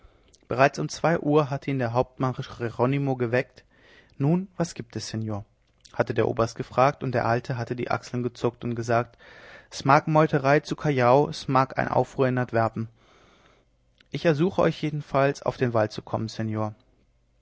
bereits um zwei uhr hatte ihn der hauptmann jeronimo geweckt nun was gibt es seor hatte der oberst gefragt und der alte hatte die achseln gezuckt und gesagt s mag sein meuterei zu callao s mag sein aufruhr zu antwerpen ich ersuche euch jedenfalls auf den wall zu